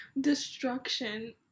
destruction